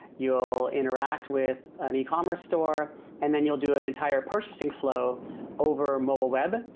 you'll interact with an e commerce store and then you'll do an entire purchasing flow over mobile web,